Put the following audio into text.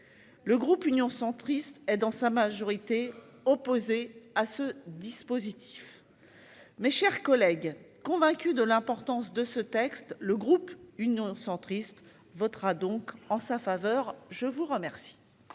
Le groupe Union centriste et dans sa majorité opposés à ce dispositif. Mes chers collègues, convaincu de l'importance de ce texte, le groupe Union centriste votera donc en sa faveur. Je vous remercie.